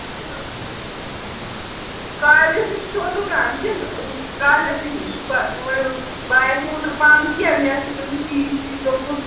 colleges نِش چھُوا دُکان کِنہٕ کالجیسٕے نِش بہٕ آیَس نہٕ اوترٕ پانہٕ کیٚنٛہہ مےٚ ٲسۍ تِم أنۍمٕتۍ بییِٚسٕے دوٚپمُت